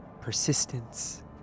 persistence